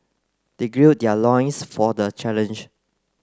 they gird their loins for the challenge